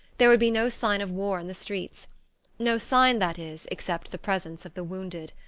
there would be no sign of war in the streets no sign, that is, except the presence of the wounded.